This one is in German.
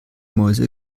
mäuse